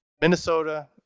Minnesota